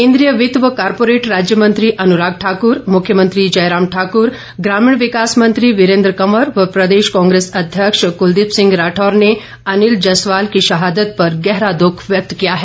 केन्द्रीय वित्त व कॉरपोरेट राज्य मंत्री अनुराग ठाकर मुख्यमंत्री जयराम ठाकर ग्रामीण विकास मंत्री वीरेन्द्र कवर व प्रदेश कांग्रेस अध्यक्ष कुलदीप सिंह राठौर ने अनिल जसवाल की शहादत पर गहरा द्ख व्यक्त किया है